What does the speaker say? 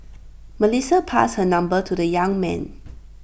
Melissa passed her number to the young man